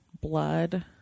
blood